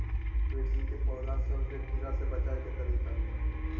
मिर्ची के पौधा सब के कीड़ा से बचाय के तरीका?